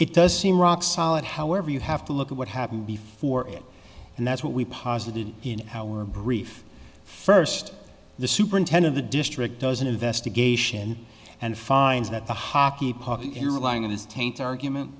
it does seem rock solid however you have to look at what happened before it and that's what we posited in our brief first the superintendent the district does an investigation and finds that the hockey puck you're lying it is taint argument